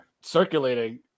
circulating